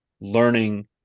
learning